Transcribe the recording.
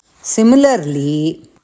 Similarly